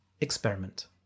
experiment